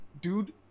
Dude